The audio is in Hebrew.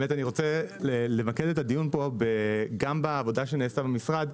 אני רוצה למקד את הדיון פה גם בעבודה שנעשתה במשרד,